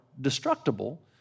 destructible